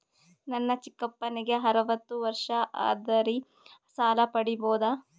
ನನ್ನ ಚಿಕ್ಕಪ್ಪನಿಗೆ ಅರವತ್ತು ವರ್ಷ ಆದರೆ ಸಾಲ ಪಡಿಬೋದ?